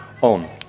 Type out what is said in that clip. on